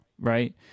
Right